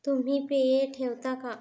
तुम्ही पेये ठेवता का